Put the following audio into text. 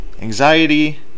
anxiety